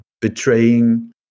betraying